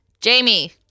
jamie